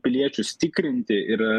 piliečius tikrinti ir